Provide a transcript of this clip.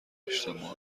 اجتماع